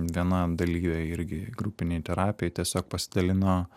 viena dalyvė irgi grupinėj terapijoj tiesiog pasidalino